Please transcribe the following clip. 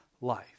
life